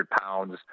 pounds